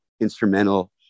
instrumental